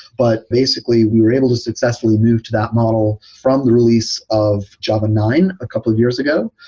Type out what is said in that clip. but basically we were able to successfully move to that model from the release of java nine a couple of years ago.